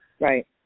Right